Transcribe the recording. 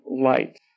light